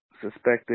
suspected